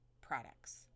products